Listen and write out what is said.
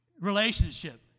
Relationship